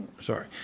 Sorry